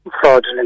fraudulent